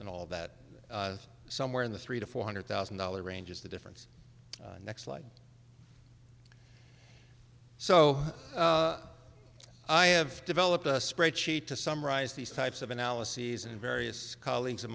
and all that somewhere in the three to four hundred thousand dollars range is the difference next slide so i have developed a spreadsheet to summarize these types of analyses in various colleagues